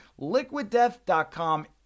liquiddeath.com